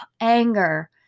anger